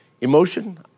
Emotion